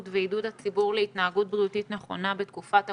ועידוד הציבור להתנהגות בריאותית נכונה בתקופת הקורונה.